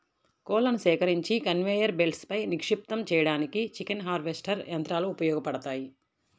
కోళ్లను సేకరించి కన్వేయర్ బెల్ట్పై నిక్షిప్తం చేయడానికి చికెన్ హార్వెస్టర్ యంత్రాలు ఉపయోగపడతాయి